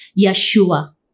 Yeshua